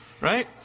right